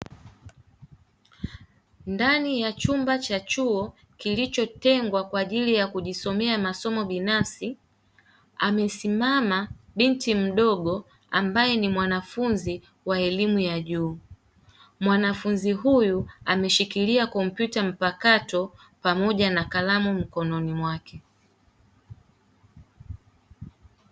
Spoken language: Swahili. Ndani ya chumba cha chuo kilichotengwa kwa ajili ya kujisomea masomo binafsi, amesimama binti mdogo ambaye ni mwanafunzi wa elimu ya juu. Mwanafunzi huyu ameshikilia kompyuta mpakato pamoja na kalamu mkononi mwake.